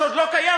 שעוד לא קיים,